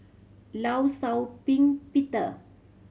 Law Shau Ping Peter